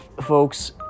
folks